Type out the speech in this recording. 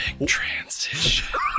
transition